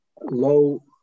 low